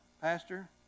pastor